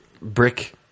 Brick